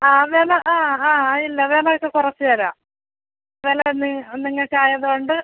ആ വില ആ ആ അത് ഇല്ല വിലയൊക്കെ കുറച്ച് തരാം വില നിങ്ങൾക്ക് ആയതുകൊണ്ട്